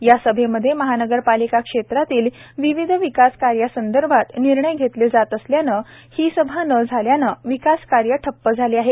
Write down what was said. या सभेमध्ये महानगरपालिका क्षेत्रातील विविध विकास कार्या संदर्भात निर्णय घेतले जात असल्याने आणि ही सभा न झाल्याने विकास कार्य ठप्प झाले आहेत